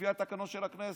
לפי התקנון של הכנסת.